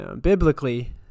biblically